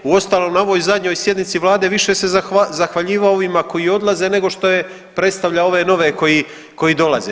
Uostalom na ovoj zadnjoj sjednici Vlade više se zahvaljivao ovima koji odlaze, nego što je predstavlja ove nove koji dolaze.